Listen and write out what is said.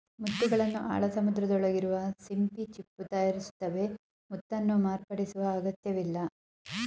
ಮುತ್ತುಗಳನ್ನು ಆಳ ಸಮುದ್ರದೊಳಗಿರುವ ಸಿಂಪಿ ಚಿಪ್ಪು ತಯಾರಿಸ್ತವೆ ಮುತ್ತನ್ನು ಮಾರ್ಪಡಿಸುವ ಅಗತ್ಯವಿಲ್ಲ